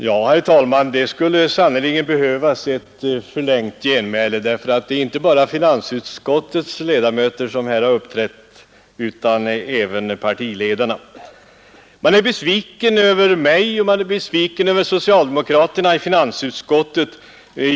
Herr talman! Det skulle sannerligen behövas ett långt genmäle, för det är inte bara finansutskottets ledamöter som har uppträtt utan även partiledarna har tydligen haft någon anledning härtill. Man är besviken på mig och på socialdemokraterna i finansutskottet.